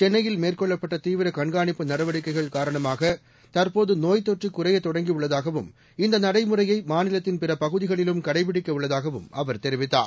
சென்னையில் மேற்கொள்ளப்பட்ட தீவிர கண்காணிப்பு நடவடிக்கைகள் காரணமாக தற்போது நோய் தொற்று குறையத் தொடங்கி உள்ளதாகவும் இந்த நடைமுறையை மாநிலத்தின் பிற பகுதிகளிலும் கடைபிடிக்க உள்ளதாகவும் அவர் தெரிவித்தார்